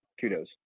kudos